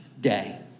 day